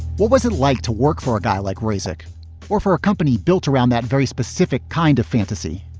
what was it like to work for a guy like rasekh or for a company built around that very specific kind of fantasy?